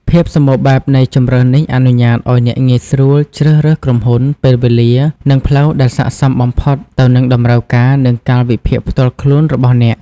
ភាពសម្បូរបែបនៃជម្រើសនេះអនុញ្ញាតឱ្យអ្នកងាយស្រួលជ្រើសរើសក្រុមហ៊ុន ពេលវេលា និងផ្លូវដែលស័ក្តិសមបំផុតទៅនឹង តម្រូវការ និងកាលវិភាគផ្ទាល់ខ្លួន របស់អ្នក។